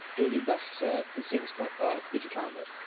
it would be best to instate this collegiate calendar.